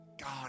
God